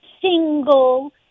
single